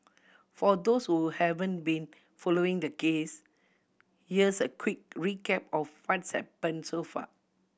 for those who haven't been following the case here's a quick recap of what's happened so far